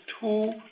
two